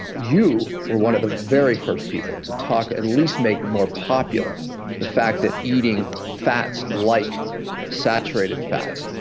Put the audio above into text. you were one of the very first people to talk, at least make more popular the fact that eating fats like saturated fats,